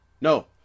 No